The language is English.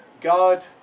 God